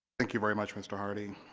thank you very much mr. hardy